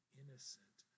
innocent